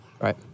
Right